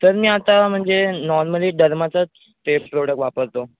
sir मी आता म्हणजे नॉर्मली डरमटच सेफ प्रोडक वापरतो